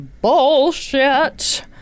Bullshit